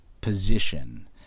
position